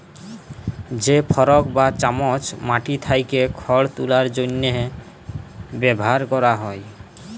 যে ফরক বা চামচ মাটি থ্যাকে খড় তুলার জ্যনহে ব্যাভার ক্যরা হয়